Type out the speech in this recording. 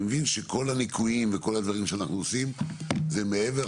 אני מבין שכל הניכויים וכל הדברים שאנחנו עושים זה מעבר.